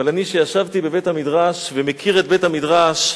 אבל אני, שישבתי בבית-המדרש, ומכיר את בית-המדרש,